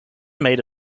made